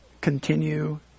continue